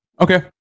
Okay